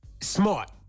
Smart